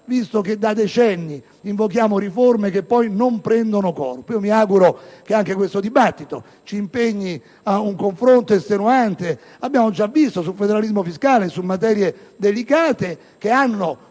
visto che da decenni invochiamo riforme che poi non prendono corpo. Io mi auguro che anche questo dibattito ci impegni ad un confronto estenuante. Abbiamo già verificato, sul federalismo fiscale e su materie delicate che hanno